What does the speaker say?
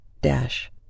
dash